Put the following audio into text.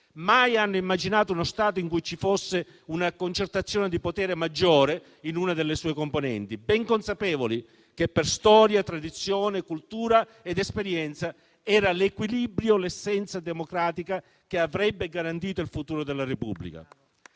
mai hanno immaginato uno Stato in cui ci fosse una concentrazione di potere maggiore in una delle sue componenti, ben consapevoli che per storia, tradizione, cultura ed esperienza era l'equilibrio l'essenza democratica che avrebbe garantito il futuro della Repubblica.